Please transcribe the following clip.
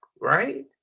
right